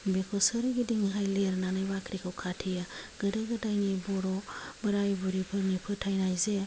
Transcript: बेखौहाय सोरगिदिं लिरनानै बाख्रिखौ खाथेयो गोदो गोदायनि बर' बोराय बुरिफोरनि फोथायनाय जे